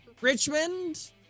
Richmond